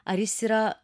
ar jis yra